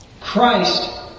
Christ